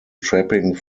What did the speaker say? trapping